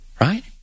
Right